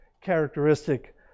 characteristic